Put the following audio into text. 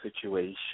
situation